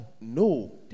No